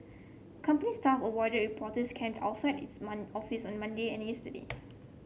company staff avoided reporters camped outside its man office on Monday and yesterday